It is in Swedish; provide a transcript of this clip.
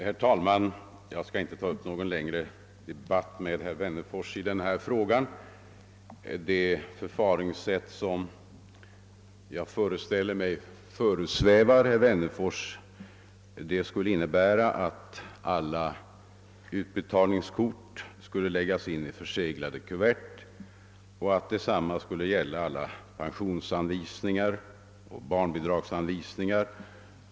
Herr talman! Jag skall inte ta upp någon längre debatt med herr Wennerfors i denna fråga. Det förfaringssätt som jag föreställer mig föresvävar herr Wennerfors skulle innebära, att alla utbetalningskort lades in i förseglat kuvert och att detsamma skulle ske med alla pensionsoch barnbidragsanvisningar.